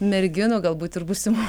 merginų galbūt ir būsimų